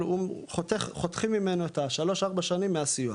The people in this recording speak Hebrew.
אבל חותכים ממנו את השלוש-ארבע שנים מהסיוע.